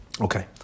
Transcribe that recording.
Okay